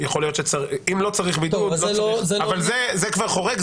זה כבר חורג,